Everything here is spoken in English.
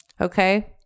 Okay